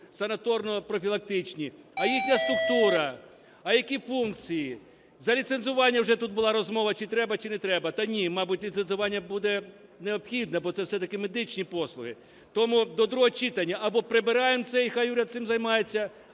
санаторно-профілактичні? А їхня структура? А які функції? За ліцензування вже тут була розмова, чи треба, чи не треба. Та ні, мабуть, ліцензування буде необхідне, бо це все-таки медичні послуги. Тому до другого читання або прибираємо це і хай уряд цим займається,